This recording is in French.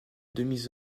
demi